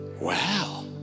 wow